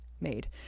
made